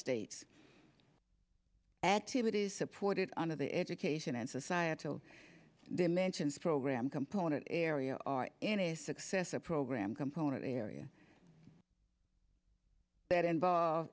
states add to it is supported under the education and societal dimensions program component area are in a success a program component area that involve